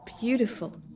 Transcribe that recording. beautiful